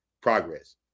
progress